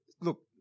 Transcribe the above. look